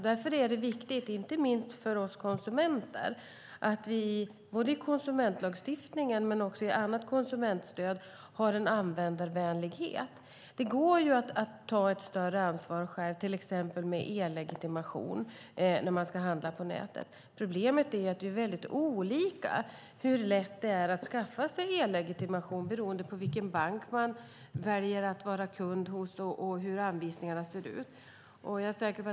Därför är det viktigt, inte minst för oss konsumenter, att vi både i konsumentlagstiftningen och i annat konsumentstöd har en användarvänlighet. Det går att ta ett större ansvar själv när man ska handla på nätet, till exempel med e-legitimation. Problemet är att det är olika lätt att skaffa e-legitimation beroende på vilken bank man är kund hos och hur anvisningarna ser ut.